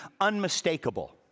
unmistakable